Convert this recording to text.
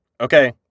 Okay